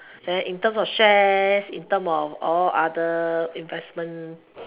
then in terms of shares in term of all other investment